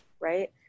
right